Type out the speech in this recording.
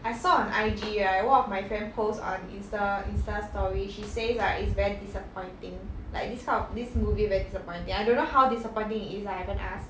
I saw on I_G right one of my friend post on insta insta story she says like it's very disappointing like this kind of this movie very disappointing I don't know how disappointing it is lah I haven't asked